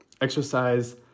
Exercise